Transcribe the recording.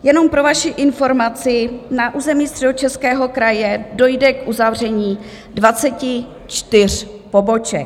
Jenom pro vaši informaci, na území Středočeského kraje dojde k uzavření 24 poboček.